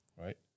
right